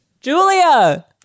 Julia